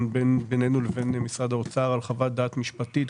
בינינו לבין משרד האוצר על חוות דעת משפטית,